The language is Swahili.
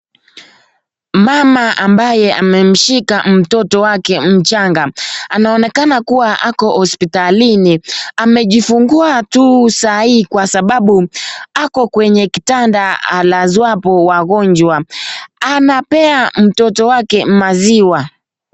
Mama ambaye amemshika mtoto wake mchanga. Anaonekana kuwa ako hospitalini. Amejifungua tu sahii kwa sababu ako kwenye kitanda alazwapo wagonjwa. Anapea mtoto wake maziwa.